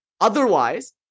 otherwise